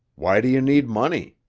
why do you need money?